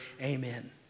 Amen